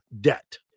debt